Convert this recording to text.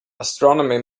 astronomy